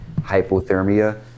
hypothermia